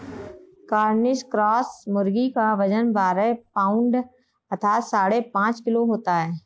Cornish cross मुर्गी का वजन बारह पाउण्ड अर्थात साढ़े पाँच किलो होता है